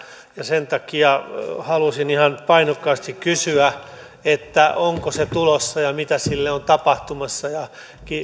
ja sen takia halusin ihan painokkaasti kysyä onko se tulossa ja mitä sille on tapahtumassa